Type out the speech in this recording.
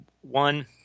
One